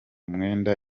mwenda